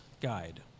guide